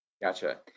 Gotcha